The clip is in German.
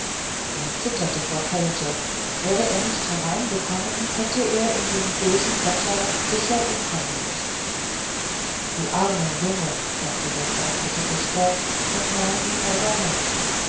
er zitterte vor kälte wäre er nicht hereingekommen hätte er in dem bösen wetter sicher umkommen müssen du armer junge sagte der freundliche dichter und nahm ihn bei der hand